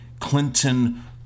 Clinton